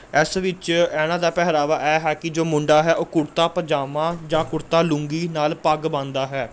ਇਸ ਵਿੱਚ ਇਹਨਾਂ ਦਾ ਪਹਿਰਾਵਾ ਇਹ ਹੈ ਕਿ ਜੋ ਮੁੰਡਾ ਹੈ ਉਹ ਕੁੜਤਾ ਪਜਾਮਾ ਜਾਂ ਕੁੜਤਾ ਲੂੰਗੀ ਨਾਲ ਪੱਗ ਬੰਨਦਾ ਹੈ